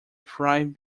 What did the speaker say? thrive